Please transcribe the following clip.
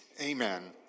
Amen